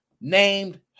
named